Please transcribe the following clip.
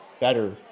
better